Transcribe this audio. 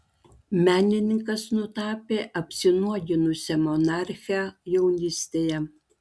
menininkas nutapė apsinuoginusią monarchę jaunystėje